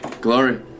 Glory